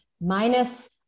minus